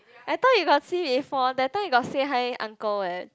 I thought you got see before that time you got say hi uncle what